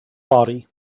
body